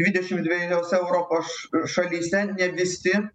dvidešimt dviejose europos ša šalyse ne visi